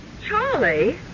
Charlie